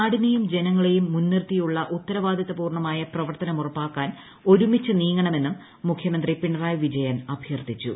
നാടിനെയും ജനങ്ങളെയും മുൻനിർത്തിയുള്ള ഉത്തരവാദിത്തപൂർണമായ പ്രവർത്തനം ഉറപ്പാക്കാൻ ഒരുമിച്ച് നീങ്ങണമെന്നും മുഖ്യമന്ത്രി പിണറായി വിജയൻ അഭ്യർഥിച്ചു